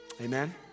Amen